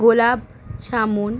gulab jamun